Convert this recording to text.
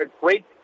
great